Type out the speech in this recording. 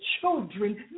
children